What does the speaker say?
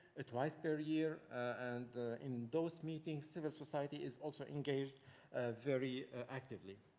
ah twice per year and in those meetings, civil society is also engaged very actively.